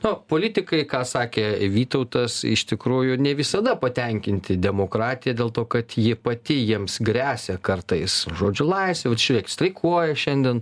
nu politikai ką sakė vytautas iš tikrųjų ne visada patenkinti demokratija dėl to kad ji pati jiems gresia kartais žodžio laisvė vat žiūrėkit streikuoja šiandien